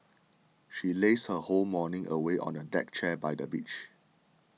she lazed her whole morning away on a deck chair by the beach